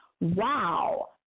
Wow